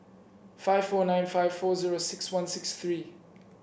five four nine five four zero six one six three